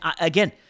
again